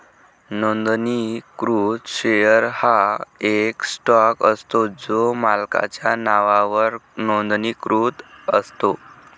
नोंदणीकृत शेअर हा एक स्टॉक असतो जो मालकाच्या नावावर नोंदणीकृत असतो